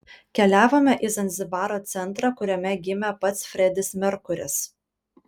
keliavome į zanzibaro centrą kuriame gimė pats fredis merkuris